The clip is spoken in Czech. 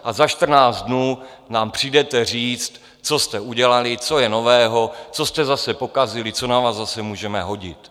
A za čtrnáct dnů nám přijdete říct, co jste udělali, co je nového, co jste zase pokazili, co na vás zase můžeme hodit.